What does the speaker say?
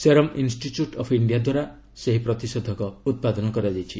serum Institute of India ଦ୍ୱାରା ଏହି ପ୍ରତିଷେଧକ ଉତ୍ପାଦନ କରାଯାଇଛି